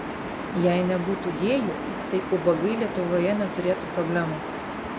jei nebūtų gėjų tai ubagai lietuvoje neturėtų problemų